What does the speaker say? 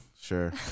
Sure